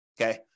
Okay